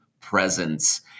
presence